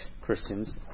Christians